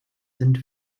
sind